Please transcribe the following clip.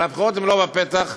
אבל הבחירות אינן בפתח,